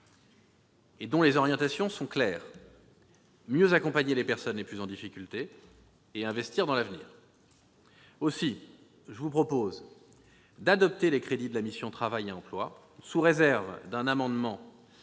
dont les orientations sont claires : mieux accompagner les personnes les plus en difficulté et investir dans l'avenir. Aussi, je vous propose d'adopter les crédits de la mission « Travail et emploi », sous réserve de l'adoption